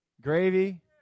gravy